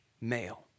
male